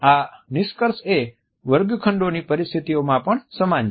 આ નિષ્કર્ષ એ વર્ગખંડોની પરિસ્થિતિઓમાં પણ સમાન છે